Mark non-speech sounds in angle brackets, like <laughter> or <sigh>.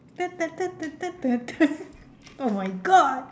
<noise> oh my god